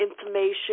information